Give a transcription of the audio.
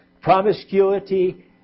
promiscuity